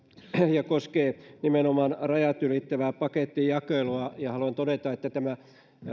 ja koskee nimenomaan rajat ylittävää pakettijakelua ja haluan todeta että tämä